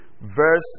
verse